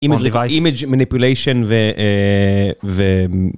אימג' מניפוליישן ו...